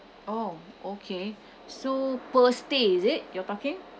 oh okay so per stay is it you're talking